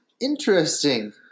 interesting